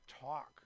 talk